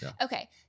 Okay